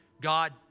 God